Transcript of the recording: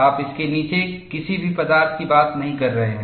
आप इसके नीचे किसी भी पदार्थ की बात नहीं कर रहे हैं